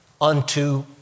unto